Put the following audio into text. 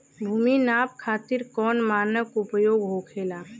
भूमि नाप खातिर कौन मानक उपयोग होखेला?